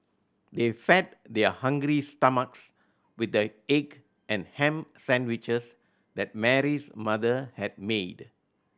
they fed their hungry stomachs with the egg and ham sandwiches that Mary's mother had made